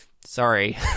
sorry